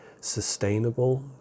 sustainable